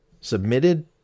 Submitted